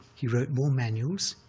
he wrote more manuals.